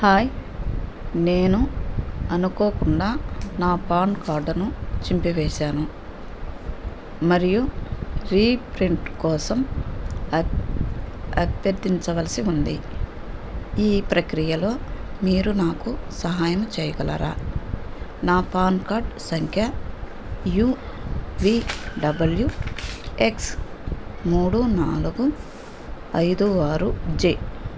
hi నేను అనుకోకుండా నా పాన్ కార్డను చింపివేసాను మరియు రీప్రింట్ కోసం అభ్యర్థించవలసి ఉంది ఈ ప్రక్రియలో మీరు నాకు సహాయం చేయగలరా నా పాన్ కార్డ్ సంఖ్య యు వీ డబల్యూ ఎక్స్ మూడు నాలుగు ఐదు ఆరు జె